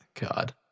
god